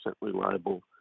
reliable